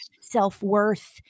self-worth